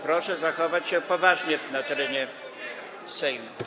Proszę zachowywać się poważnie na terenie Sejmu.